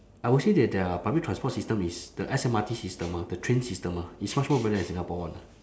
I will say that their public transport system is the S_M_R_T system ah the train system ah is much more better than singapore one ah